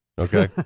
Okay